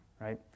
right